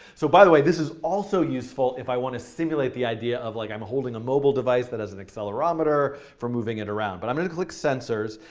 so, by the way, this is also useful if i want to simulate the idea of like i'm holding a mobile device that has an accelerometer for moving it around. but i'm going to click sensors.